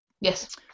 Yes